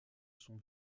son